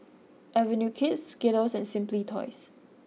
Avenue Kids Skittles and Simply Toys